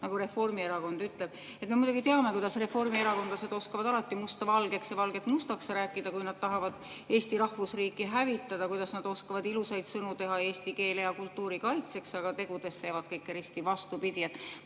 nagu Reformierakond ütleb. Me muidugi teame, kuidas reformierakondlased oskavad alati musta valgeks ja valget mustaks rääkida, kui nad tahavad Eesti rahvusriiki hävitada, kuidas nad oskavad ilusaid sõnu teha eesti keele ja kultuuri kaitseks, aga tegudes teevad kõike risti vastupidi.